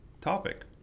topic